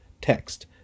text